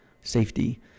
safety